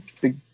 big